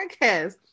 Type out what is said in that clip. podcast